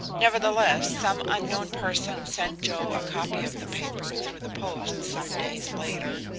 nevertheless, some unknown person sent joe a copy of the paper through the post some days later,